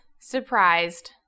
surprised